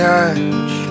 Touch